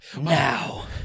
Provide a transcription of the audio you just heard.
Now